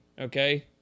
Okay